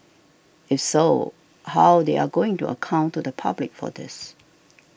if so how they are going to account to the public for this